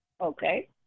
Okay